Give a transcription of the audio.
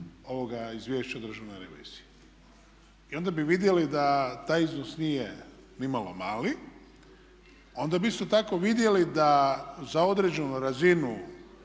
ovoga izvješća Državne revizije. I onda bi vidjeli da taj iznos nije ni malo mali, onda bi isto tako vidjeli da za određenu razinu